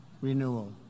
renewal